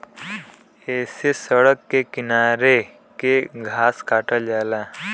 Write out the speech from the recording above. ऐसे सड़क के किनारे के घास काटल जाला